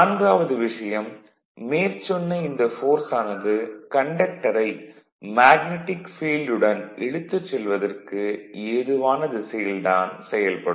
நான்காவது விஷயம் மேற்சொன்ன இந்த ஃபோர்ஸ் ஆனது கண்டக்டரை மேக்னடிக் ஃபீல்டு உடன் இழுத்துச் செல்வதற்கு ஏதுவான திசையில் தான் செயல்படும்